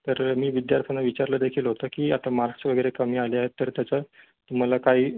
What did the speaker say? तर मी विद्यार्थ्यांना विचारलं देखील होतं की आता मार्क्स वगैरे कमी आले आहेत तर त्याचं तुम्हाला काही